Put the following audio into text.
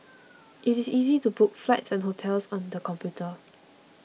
it is easy to book flights and hotels on the computer